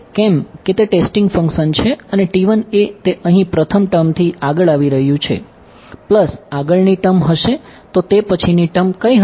કેમ કે તે ટેસ્ટિંગ ફંક્સન છે અને તે અહીં પ્રથમ ટર્મ કઈ હશે